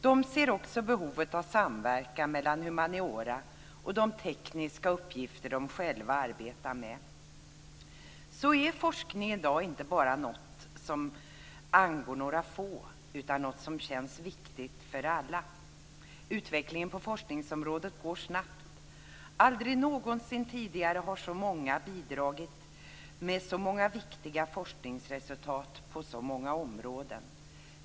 De ser också behovet av samverkan mellan humaniora och de tekniska uppgifter som de själva arbetar med - så är också forskningen i dag inte bara något som angår några få utan något som känns viktigt för alla. Utvecklingen på forskningsområdet går snabbt. Aldrig någonsin tidigare har så många bidragit med så många viktiga forskningsresultat på så många områden.